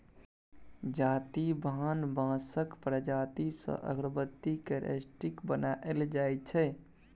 जाति भान बाँसक प्रजाति सँ अगरबत्ती केर स्टिक बनाएल जाइ छै